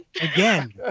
again